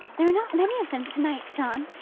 there are not many of them to-night, john,